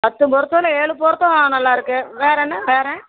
பத்தும் பொருத்தும் ஆனால் ஏழு பொருத்தம் நல்லாருக்குது வேறு என்ன வேறு